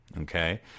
Okay